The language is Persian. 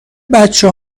بچه